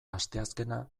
asteazkena